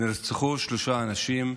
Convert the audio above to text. נרצחו שלושה אנשים,